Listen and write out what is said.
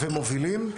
ומובילים,